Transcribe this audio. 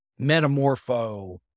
Metamorpho